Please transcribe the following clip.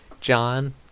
John